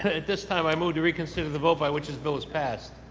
at this time i move to reconsider the vote by which this bill was passed.